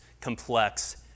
complex